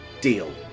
Deal